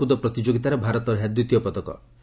ଦୌଡ଼କୁଦ ପ୍ରତିଯୋଗିତାରେ ଭାରତର ଏହା ଦ୍ୱିତୀୟ ପଦକ